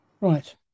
Right